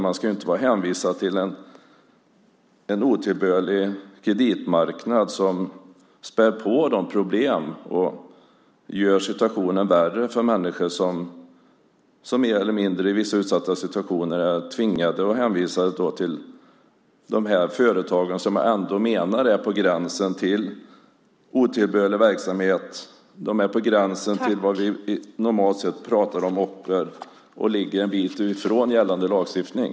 Människor ska inte vara hänvisade till en otillbörlig kreditmarknad som spär på problemen och gör situationen värre. De här människorna är mer eller mindre i vissa utsatta situationer tvingade och hänvisade till de här företagen, som jag menar är på gränsen till otillbörlig verksamhet. De är på gränsen till vad vi normalt sett pratar om som ocker och ligger en bit ifrån gällande lagstiftning.